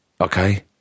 Okay